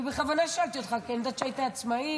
בכוונה שאלתי אותך כי אני יודעת שהיית עצמאי,